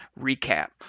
recap